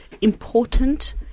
important